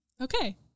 okay